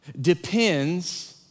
depends